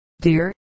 dear